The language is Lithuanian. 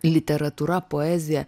literatūra poezija